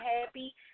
happy